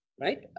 Right